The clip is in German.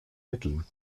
mitteln